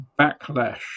Backlash